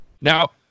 Now